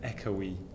echoey